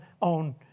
on